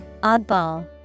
Oddball